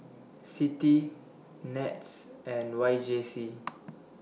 CITI Nets and Y J C